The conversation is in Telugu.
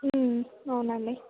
అవును అండి